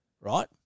Right